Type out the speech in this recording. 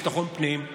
ביטחון פנים,